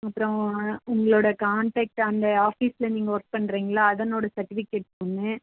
அப்புறோம் உங்களோடய காண்டாக்ட் அந்த ஆஃபீஸில் நீங்கள் ஒர்க் பண்றிங்கள்லை அதனோடய செர்டிஃபிகேட்ஸ் ஒன்று